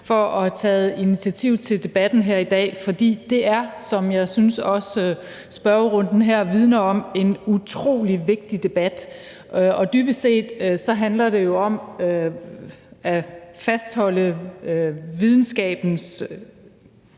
for at have taget initiativ til debatten her i dag, for det er, som jeg også synes spørgerunden her vidner om, en utrolig vigtig debat. Dybest set handler det jo om at fastholde de videnskabelige